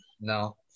No